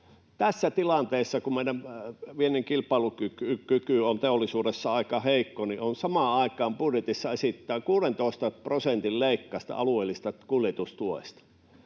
Tässä tilanteessa, kun meidän viennin kilpailukyky on teollisuudessa aika heikko, niin samaan aikaan budjetissa esitetään 16 prosentin leikkausta alueellisesta kuljetustuesta.